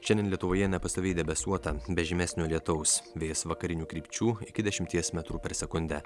šiandien lietuvoje nepastoviai debesuota be žymesnio lietaus vėjas vakarinių krypčių iki dešimties metrų per sekundę